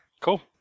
Cool